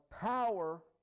power